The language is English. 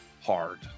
hard